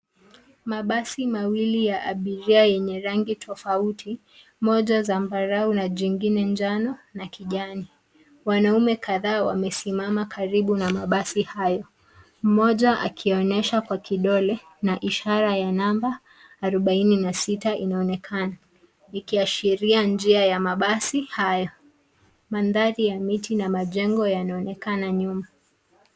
Mabasi mawili ya abiria yenye rangi tofauti moja zambarau na jingine njano na kijani . Wanaume kadhaa wamesimama karibu na mabasi hayo. Mmoja akionyesha kwa kidole na ishara ya namba 46 inaonekana. Likiashiria njia ya mabasi haya. Mandhari ya miti na majengo yanaonekana nyuma.